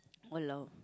!walao!